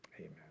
amen